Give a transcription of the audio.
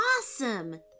awesome